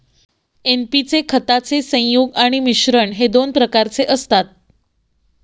NP चे खताचे संयुग आणि मिश्रण हे दोन प्रकारचे असतात